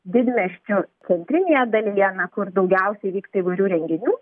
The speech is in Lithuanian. didmiesčių centrinėje dalyje na kur daugiausiai vyksta įvairių renginių